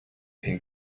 can